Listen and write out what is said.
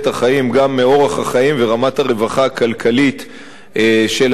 מאורח החיים ורמת הרווחה הכלכלית של המדינה,